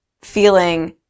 feeling